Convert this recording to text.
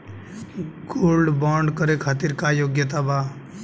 Gold bond करे खातिर का योग्यता बा?